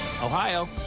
Ohio